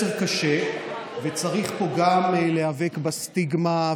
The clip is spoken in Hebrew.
וצריך פה גם להיאבק בסטיגמה,